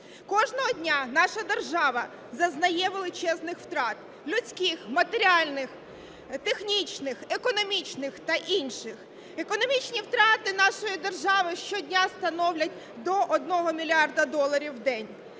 Кожного дня наша держава зазнає величезних втрат – людських, матеріальних, технічних, економічних та інших. Економічні втрати нашої держави щодня становлять до 1 мільярда доларів у день.